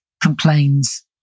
complains